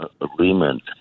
agreement